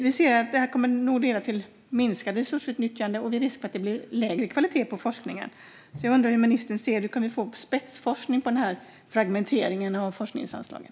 Vi ser att detta nog kommer att leda till minskat resursutnyttjande och risk för lägre kvalitet på forskningen. Jag undrar hur ministern ser på det. Kommer vi att få spetsforskning med den här fragmenteringen av forskningsanslagen?